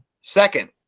Second